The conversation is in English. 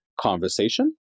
conversation